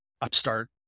upstart